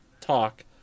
talk